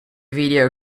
video